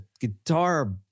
guitar